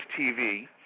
TV